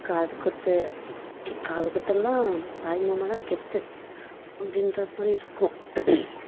காதுகுத்து காதுகுத்துலாம் தாய்மாமா தான் கெத்து அப்படின்ற மாதிரி இருக்கும்